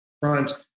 front